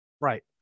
Right